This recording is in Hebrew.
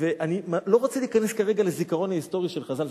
אני לא רוצה להיכנס כרגע לזיכרון ההיסטורי של חז"ל.